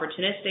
opportunistic